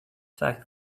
fact